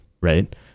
right